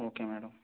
okay madam